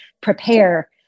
prepare